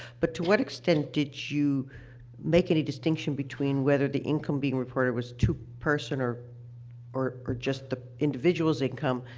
but to what extent did you make any distinction between whether the income being required was two person or or or just the individual's income?